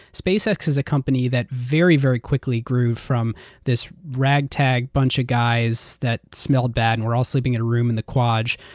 spacex is a company that very very quickly grew from this ragtag bunch of guys that smelled bad and we're all sleeping in a room in the kwaj,